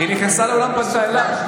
היא נכנסה לאולם ופנתה אליי.